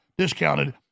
discounted